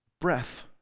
breath